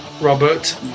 Robert